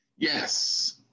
Yes